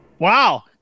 Wow